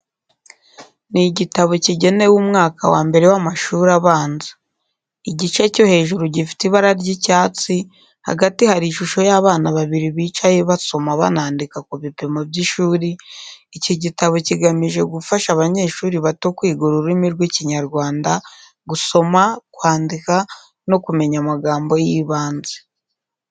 Ni igitabo kigenewe umwaka wa mbere w’amashuri abanza. Igice cyo hejuru gifite ibara ry’icyatsi, hagati hari ishusho y’abana babiri bicaye basoma banandika ku bipimo by’ishuri, iki gitabo kigamije gufasha abanyeshuri bato kwiga ururimi rw’Ikinyarwanda, gusoma, kwandika no kumenya amagambo y’ibanze.